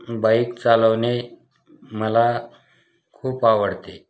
bike चालवणे मला खूप आवडते